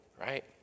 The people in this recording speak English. Right